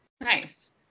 nice